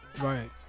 Right